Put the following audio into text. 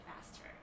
faster